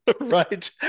right